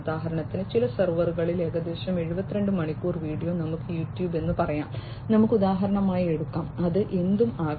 ഉദാഹരണത്തിന് ചില സെർവറിൽ ഏകദേശം 72 മണിക്കൂർ വീഡിയോ നമുക്ക് YouTube എന്ന് പറയാം നമുക്ക് ഉദാഹരണമായി എടുക്കാം അത് എന്തും ആകാം